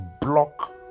block